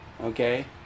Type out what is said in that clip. okay